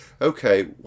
okay